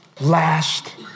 last